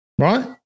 Right